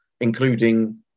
including